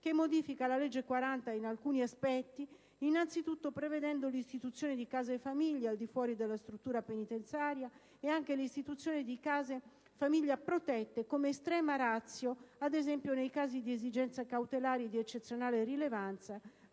che modifica la legge n. 40 del 2001 in alcuni aspetti, innanzitutto prevedendo l'istituzione di case famiglia al di fuori della struttura penitenziaria e di case famiglia protette, come *extrema* *ratio*, ad esempio nei casi di esigenza cautelare di eccezionale rilevanza